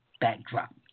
backdrop